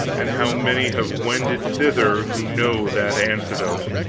and how many have wended thither who know that anecdote.